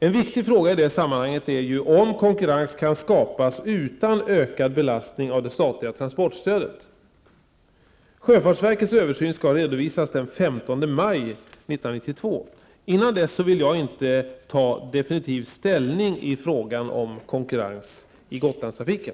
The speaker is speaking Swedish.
En viktig fråga i det sammanhanget är ju om konkurrens kan skapas utan ökad belastning av det statliga transportstödet. Sjöfartsverkets översyn skall redovisas den 15 maj 1992. Innan dess vill jag inte ta definitiv ställning i frågan om konkurrens i Gotlandstrafiken.